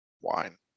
wine